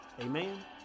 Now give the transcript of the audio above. Amen